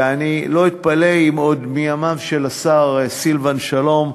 ואני לא אתפלא אם עוד מימיו של השר סילבן שלום,